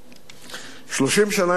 30 שנה יותר מאוחר,